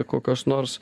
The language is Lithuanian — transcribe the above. kokios nors